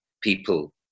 people